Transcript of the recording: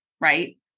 right